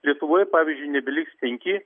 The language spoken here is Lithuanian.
lietuvoj pavyzdžiui nebeliks penki